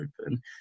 Open